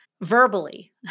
verbally